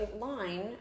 line